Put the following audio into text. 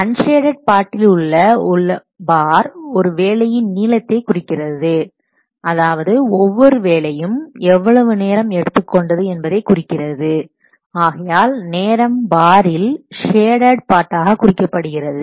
unshaded பார்டில் உள்ள bar ஒரு வேலையின் நீளத்தை குறிக்கிறது அதாவது ஒவ்வொரு வேலையும் எவ்வளவு நேரம் எடுத்துக் கொண்டது என்பதைக் குறிக்கிறது ஆகையால் நேரம் பாரில் ஷேடட் பார்டாக குறிக்கப்படுகிறது